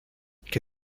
que